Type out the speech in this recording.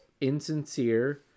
insincere